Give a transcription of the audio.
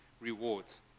rewards